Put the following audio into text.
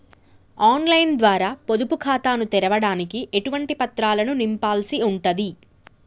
On line ద్వారా పొదుపు ఖాతాను తెరవడానికి ఎటువంటి పత్రాలను నింపాల్సి ఉంటది?